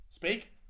Speak